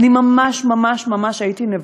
אני ממש ממש ממש הייתי נבוכה.